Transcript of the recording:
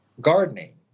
gardening